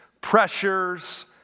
pressures